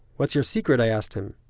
what's your secret? i asked him.